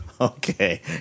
Okay